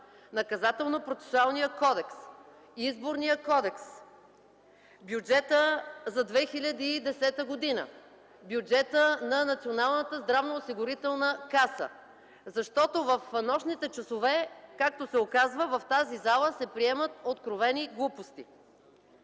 Наказателно-процесуалният кодекс, Изборният кодекс, Бюджетът за 2010 г., Бюджетът на Националната здравноосигурителна каса. Защото в нощните часове, както се оказва, в тази зала се приемат откровени глупости.